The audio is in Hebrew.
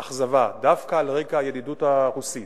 אכזבה דווקא על רקע הידידות הרוסית,